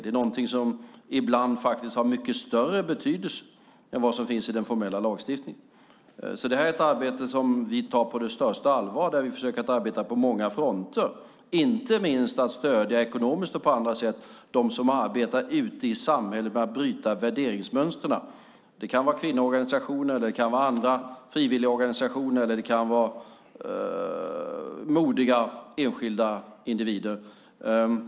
Det är något som ibland har mycket större betydelse än vad som finns i den formella lagstiftningen. Det här är ett arbete som vi tar på det största allvar. Vi försöker att arbeta på många fronter, inte minst genom att stödja ekonomiskt och på andra sätt dem som arbetar ute i samhället med att bryta värderingsmönstren. Det kan vara kvinnoorganisationer, andra frivilligorganisationer eller modiga enskilda individer.